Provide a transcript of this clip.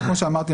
כמו שאמרתי,